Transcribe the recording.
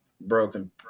Broken